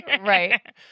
Right